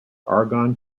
argon